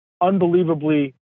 unbelievably